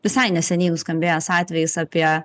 visai neseniai nuskambėjęs atvejis apie